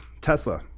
Tesla